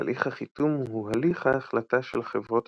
תהליך החיתום הוא הליך ההחלטה של חברות